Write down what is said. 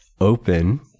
open